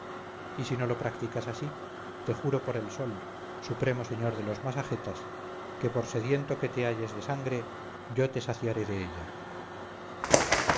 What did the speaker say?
y si no lo practicas así te juro por el sol supremo señor de los masagetas que por sediento que te halles de sangre yo te saciaré de ella